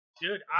Dude